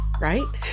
Right